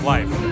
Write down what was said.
Life